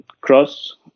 Cross